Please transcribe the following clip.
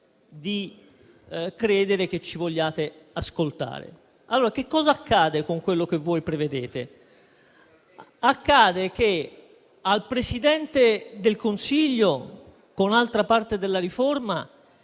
di credere che ci vogliate ascoltare. Che cosa accade con quello che voi prevedete? Accade che al Presidente del Consiglio, con un'altra parte della riforma,